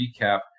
recap